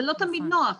זה לא תמיד נוח.